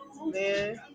Man